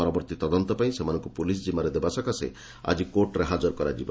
ପରବର୍ତ୍ତୀ ତଦନ୍ତ ପାଇଁ ସେମାନଙ୍କୁ ପୁଲିସ୍ ଜିମାରେ ଦେବା ସକାଶେ ଆଜି କୋର୍ଟ୍ରେ ହାଜର କରାଯିବ